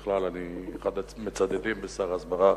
בכלל, אני אחד המצדדים בשר ההסברה